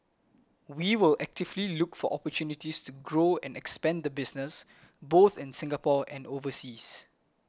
we will actively look for opportunities to grow and expand the business both in Singapore and overseas